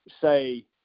say